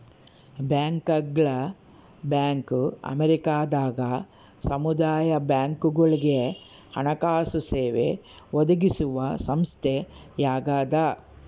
ಬ್ಯಾಂಕರ್ಗಳ ಬ್ಯಾಂಕ್ ಅಮೇರಿಕದಾಗ ಸಮುದಾಯ ಬ್ಯಾಂಕ್ಗಳುಗೆ ಹಣಕಾಸು ಸೇವೆ ಒದಗಿಸುವ ಸಂಸ್ಥೆಯಾಗದ